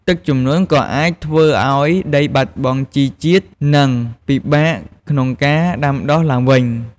ទឹកជំនន់ក៏អាចធ្វើឱ្យដីបាត់បង់ជីជាតិ និងពិបាកក្នុងការដាំដុះឡើងវិញ។